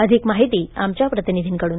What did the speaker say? अधिक माहिती आमच्या प्रतिनिधीकडून